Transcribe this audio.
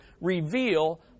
reveal